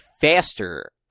faster